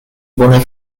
bone